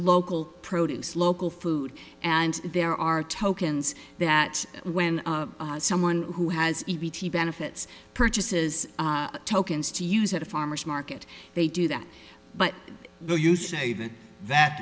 local produce local food and there are tokens that when someone who has benefits purchases tokens to use at a farmer's market they do that but th